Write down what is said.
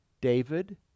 David